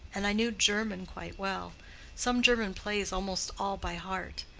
and i knew german quite well some german plays almost all by heart.